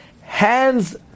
Hands